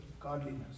godliness